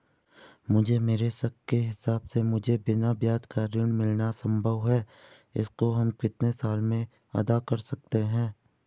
मुझे मेरे साख के हिसाब से मुझे बिना ब्याज का ऋण मिलना संभव है इसको हम कितने साल में अदा कर सकते हैं?